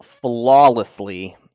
flawlessly